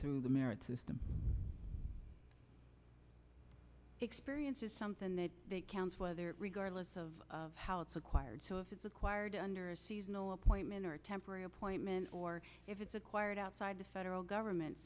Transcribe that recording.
through the merit system experience is something that counts regardless of how it's acquired so if it's acquired under a seasonal appointment or a temporary appointment or if it's acquired outside the federal government